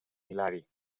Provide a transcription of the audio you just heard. hilari